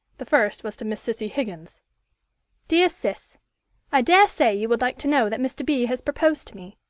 the first was to miss cissy higgins dear ciss i dare say you would like to know that mr. b. has proposed to me.